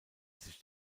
sich